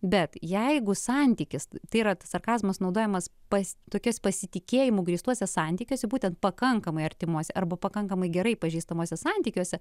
bet jeigu santykis tai yra tas sarkazmas naudojamas pas tokias pasitikėjimu grįstuose santykiuose būtent pakankamai artimuose arba pakankamai gerai pažįstamose santykiuose